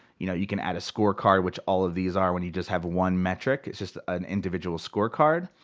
you know you can add a scorecard, which all of these are, when you just have one metric. it's just an individual scorecard.